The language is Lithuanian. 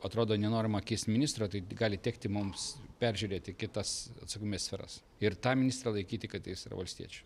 atrodo nenorima keist ministro tai gali tekti mums peržiūrėti kitas atsakomybės sferas ir tą ministrą laikyti kad jis yra valstiečių